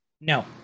no